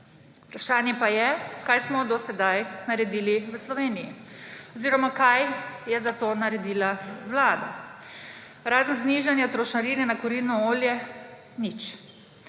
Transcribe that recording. Vprašanje pa je, kaj smo do sedaj naredili v Sloveniji oziroma kaj je za to naredila vlada. Razen znižanja trošarine na kurilno olje – nič.